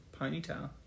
ponytail